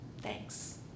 Thanks